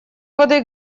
воды